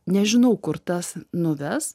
nežinau kur tas nuves